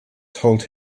told